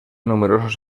numerosos